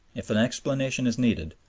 if an explanation is needed,